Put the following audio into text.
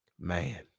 Man